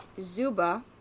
Zuba